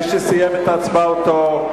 מי שסיים את הצבעתו,